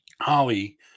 holly